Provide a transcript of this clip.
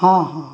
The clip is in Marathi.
हां हां